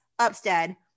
Upstead